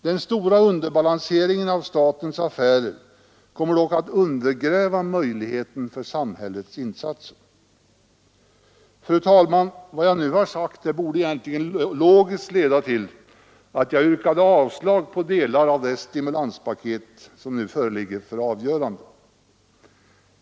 Den stora underbalanseringen av statens affärer kommer dock att undergräva möjligheterna för samhällets insatser. Fru talman! Vad jag nu har sagt borde logiskt leda fram till att jag skulle yrka avslag på delar av det stimulanspaket som i dag föreligger för avgörande.